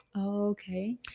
Okay